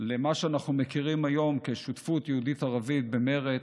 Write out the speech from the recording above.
למה שאנחנו מכירים היום כשותפות יהודית-ערבית במרצ.